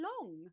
long